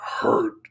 hurt